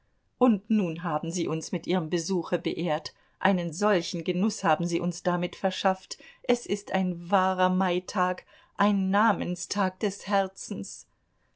und nun haben sie uns mit ihrem besuche beehrt einen solchen genuß haben sie uns damit verschafft es ist ein wahrer maitag ein namenstag des herzens